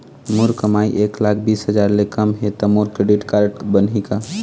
मोर कमाई एक लाख बीस हजार ले कम हे त मोर क्रेडिट कारड बनही का?